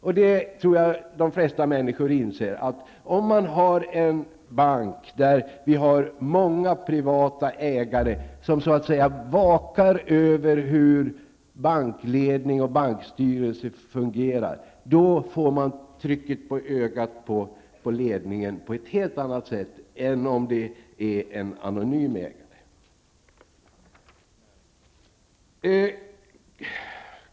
Jag tror att de flesta människor inser att i en bank som har många privata ägare, som så att säga vakar över hur bankledning och bankstyrelse fungerar får man trycket på ögat på ledningen på ett helt annat sätt än i en bank med en anonym ägare.